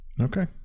Okay